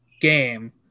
game